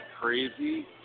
crazy